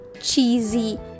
cheesy